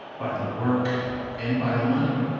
by the work and by the money.